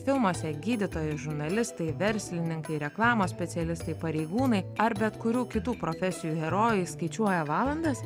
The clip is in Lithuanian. filmuose gydytojai žurnalistai verslininkai reklamos specialistai pareigūnai ar bet kurių kitų profesijų herojai skaičiuoja valandas